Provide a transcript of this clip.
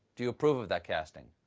do you approve of that casting?